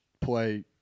Play